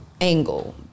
angle